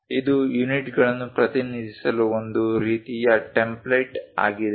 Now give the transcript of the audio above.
ಇದು ಯೂನಿಟ್ಗಳನ್ನು ಪ್ರತಿನಿಧಿಸಲು ಒಂದು ರೀತಿಯ ಟೆಂಪ್ಲೇಟ್ ಆಗಿದೆ